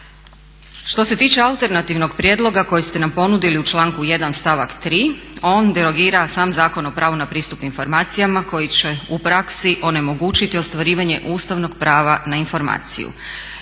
Što se tiče alternativnog prijedloga koji ste nam ponudili u članku 1.stavak 3.on delegira sam Zakon o pravo na pristup informacijama koji će u praksi onemogućiti ostvarivanje ustavnog prava na informaciju.